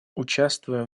участвуем